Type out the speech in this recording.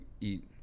eat